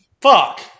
Fuck